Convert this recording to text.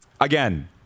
Again